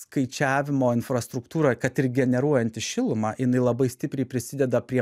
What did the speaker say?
skaičiavimo infrastruktūra kad ir generuojanti šilumą jinai labai stipriai prisideda prie